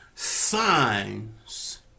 Signs